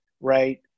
right